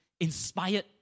inspired